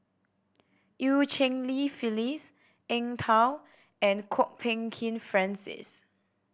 Eu Cheng Li Phyllis Eng Tow and Kwok Peng Kin Francis